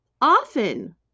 often